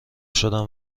شدم